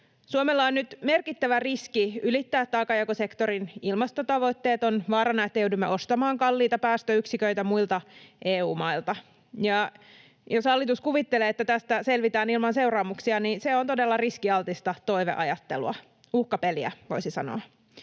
Suomella on nyt merkittävä riski ylittää taakanjakosektorin ilmastotavoitteet. On vaarana, että joudumme ostamaan kalliita päästöyksiköitä muilta EU-mailta. Ja jos hallitus kuvittelee, että tästä selvitään ilman seuraamuksia, niin se on todella riskialtista toiveajattelua, uhkapeliä, voisi sanoa.